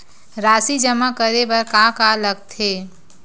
राशि जमा करे बर का का लगथे?